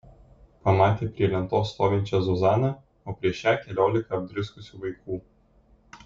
pamatė prie lentos stovinčią zuzaną o prieš ją keliolika apdriskusių vaikų